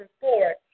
forward